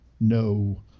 No